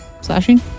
Slashing